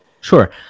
Sure